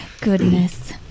goodness